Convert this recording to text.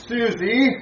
Susie